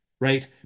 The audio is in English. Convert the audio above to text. right